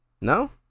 No